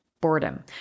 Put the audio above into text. boredom